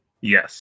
Yes